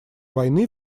войны